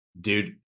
dude